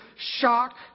Shock